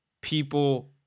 people